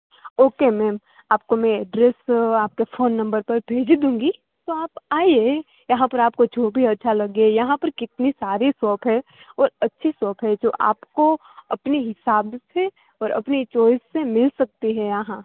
okay ma'am આપકો મેં address આપકે ફોન નંબર પર ભેજ દૂંગી તો આપ આઈએ યહાં પર આપકો જો ભી અચ્છા લગે યહાં પર કિતની સારી શોપ હૈ ઓર અચ્છી શોપ હૈ જો આપકો અપને હિસાબ સે ઓર અપને ચોઇસ સે મિલ સકતી હૈ યહાં